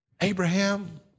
Abraham